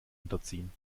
unterziehen